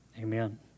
Amen